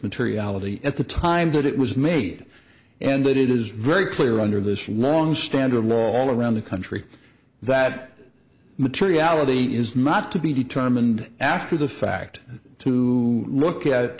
materiality at the time that it was made and that it is very clear under this long standard law all around the country that materiality is not to be determined after the fact to look at